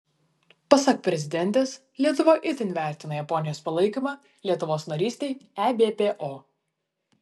pasak prezidentės lietuva itin vertina japonijos palaikymą lietuvos narystei ebpo